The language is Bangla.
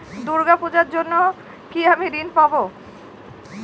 দূর্গা পূজার জন্য কি আমি ঋণ পাবো?